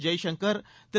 Jaishankar Thiru